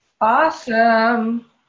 Awesome